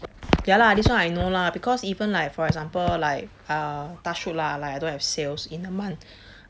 ya lah this one I know lah because even like for example like uh touch wood lah like I don't have sales in a month